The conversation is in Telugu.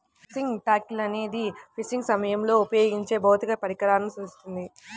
ఫిషింగ్ టాకిల్ అనేది ఫిషింగ్ సమయంలో ఉపయోగించే భౌతిక పరికరాలను సూచిస్తుంది